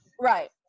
right